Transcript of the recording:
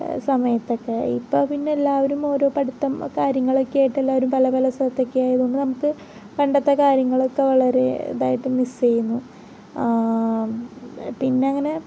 സമയത്തൊക്കെ ഇപ്പോൾ പിന്നെ എല്ലാവരും ഓരോ പഠിത്തം കാര്യങ്ങളുമൊക്കെ ആയിട്ട് എല്ലാവരും പല പല സ്ഥലത്തേക്ക് ആയതുകൊണ്ട് നമ്മൾക്ക് പണ്ടത്തേ കാര്യങ്ങളൊക്കെ വളരെ ഇതായിട്ടും മിസ്സ് ചെയ്യുന്നു പിന്നെ അങ്ങനെ